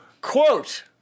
quote